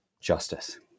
justice